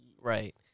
Right